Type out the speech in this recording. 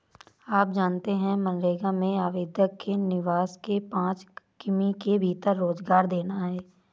आप जानते है मनरेगा में आवेदक के निवास के पांच किमी के भीतर रोजगार देना है?